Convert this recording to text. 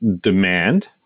demand